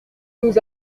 nous